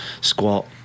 squat